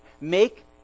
Make